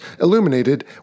illuminated